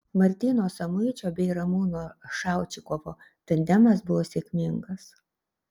martyno samuičio bei ramūno šaučikovo tandemas buvo sėkmingas